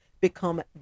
become